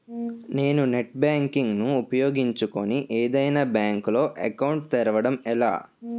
నేను net banking ను ఉపయోగించుకుని ఏదైనా బ్యాంక్ లో అకౌంట్ తెరవడం ఎలా?